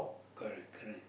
correct correct